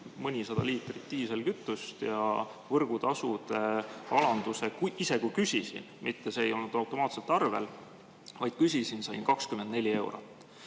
mõnisada liitrit diiselkütust ja võrgutasude alanduse – ise küsisin, mitte see ei olnud automaatselt arvel, vaid küsisin – sain 24 eurot.